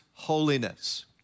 holiness